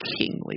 kingly